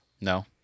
no